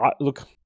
look